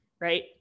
right